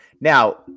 Now